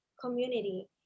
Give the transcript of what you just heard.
community